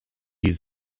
die